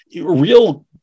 real